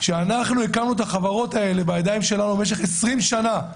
שאנחנו הקמנו את החברות האלה בידיים שלנו במשך 20 שנה,